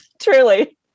truly